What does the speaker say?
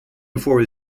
before